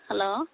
hello